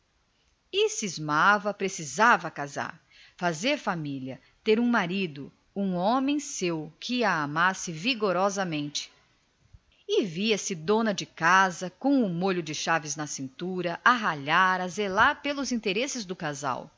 cismava sim precisava casar fazer família ter um marido um homem só dela que a amasse vigorosamente e via-se dona-de-casa com o molho das chaves na cintura a ralhar a zelar pelos interesses do casal